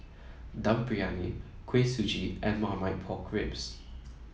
Dum Briyani Kuih Suji and Marmite Pork Ribs